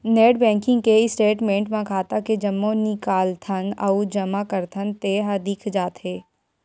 net banking के statement म खाता के जम्मो निकालथन अउ जमा करथन तेन ह दिख जाथे